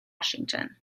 washington